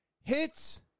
Hits